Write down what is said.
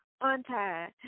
untied